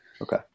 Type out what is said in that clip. Okay